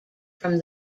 from